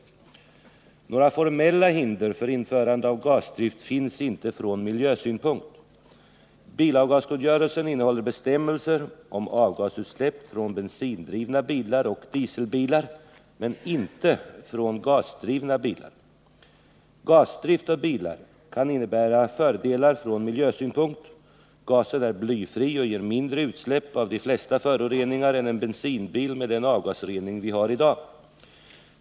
Några formella hinder för införande av gasdrift finns inte från miljösynpunkt. Bilavgaskungörelsen innehåller bestämmelser om avgasutsläpp från bensindrivna bilar och dieselbilar men inte från gasdrivna bilar. Gasdrift av bilar kan innebära fördelar från miljösynpunkt. Gasen är blyfri och ger mindre utsläpp av de flesta föroreningar än en bensinbil med den avgasrening vi har i dag.